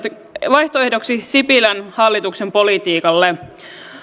ja vaihtoehdoksi sipilän hallituksen politiikalle